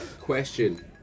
Question